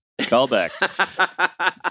callback